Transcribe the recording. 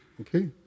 Okay